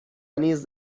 نیز